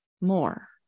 more